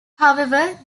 however